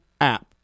app